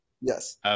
yes